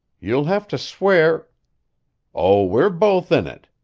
you'll have to swear oh, we're both in it.